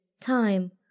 time